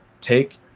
take